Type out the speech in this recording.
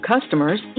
customers